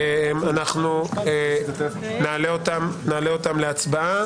ונעלה אותן להצבעה.